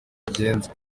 yagenze